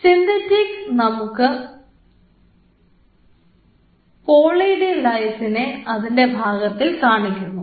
synthetic ഭാഗത്ത് നമുക്ക് poly D lysine ഉണ്ട്